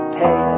pay